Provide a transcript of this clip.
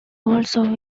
also